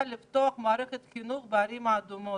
לפתוח את מערכת החינוך בערים האדומות?